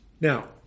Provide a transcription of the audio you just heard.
Now